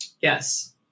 Yes